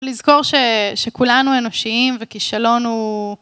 לזכור שכולנו אנושיים וכישלון הוא